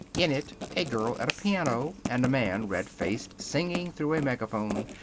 in it a girl at a piano, and a man, red-faced, singing through a megaphone.